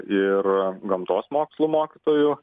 ir gamtos mokslų mokytojų